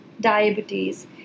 diabetes